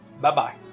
Bye-bye